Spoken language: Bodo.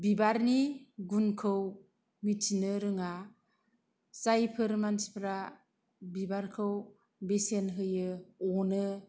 बिबारनि गुनखौ मिथिनो रोङा जायफोर मानसिफोरा बिबारखौ बेसेन होयो अनो